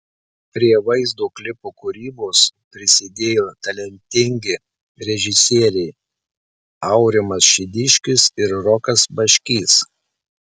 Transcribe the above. prie vaizdo klipo kūrybos prisidėjo talentingi režisieriai aurimas šidiškis ir rokas baškys